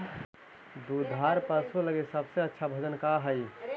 दुधार पशु लगीं सबसे अच्छा भोजन का हई?